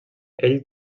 ell